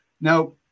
Now